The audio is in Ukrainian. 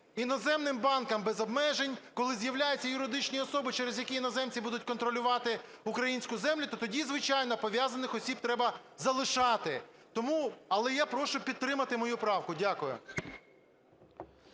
іноземним банкам – без обмежень, коли з'являються юридичні особи, через які іноземці будуть контролювати українську землю, то тоді, звичайно, пов'язаних осіб треба залишати. Тому… Але я прошу підтримати мою правку. Дякую.